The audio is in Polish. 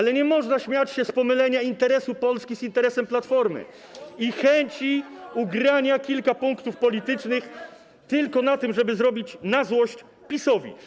Ale nie można śmiać się z pomylenia interesu Polski z interesem Platformy i chęci ugrania kilku punktów politycznych tylko na tym, żeby zrobić na złość PiS-owi.